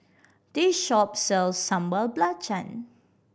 this shop sells Sambal Belacan